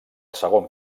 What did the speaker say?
segon